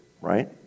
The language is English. right